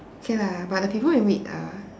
okay lah but the people you meet are